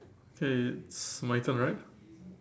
okay it's my turn right